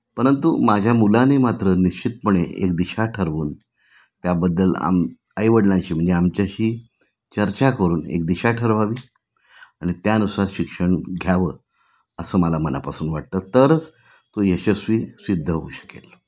परंतु माझ्या मुलाने मात्र निश्चितपणे एक दिशा ठरवून त्याबद्दल आम आईवडिलांशी म्हणजे आमच्याशी चर्चा करून एक दिशा ठरवावी आणि त्यानुसार शिक्षण घ्यावं असं मला मनापासून वाटतं तरच तो यशस्वी सिद्ध होऊ शकेल